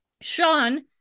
Sean